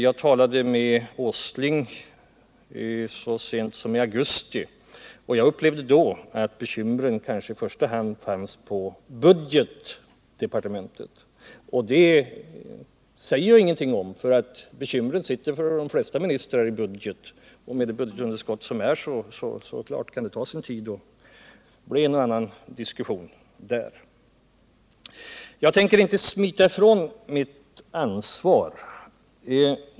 Jag talade med Nils Åsling om detta så sent som i augusti, och jag upplevde då att bekymren i första hand fanns på budgetdepartementet. Det finner jag inte heller särskilt uppseendeväckande, eftersom de flesta ministrars bekymmer ligger på budgetplanet. Med de budgetunderskott som förekommer kan självfallet en och annan diskussion där komma att ta sin tid. Jag tänker inte smita ifrån mitt ansvar.